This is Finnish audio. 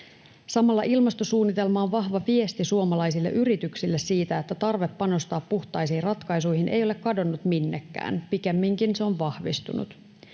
Samalla ilmastosuunnitelma on vahva viesti suomalaisille yrityksille siitä, että tarve panostaa puhtaisiin ratkaisuihin ei ole kadonnut minnekään vaan pikemminkin vahvistunut,